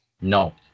No